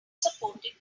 supported